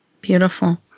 Beautiful